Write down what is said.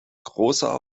großer